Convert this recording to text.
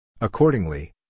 Accordingly